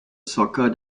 soccer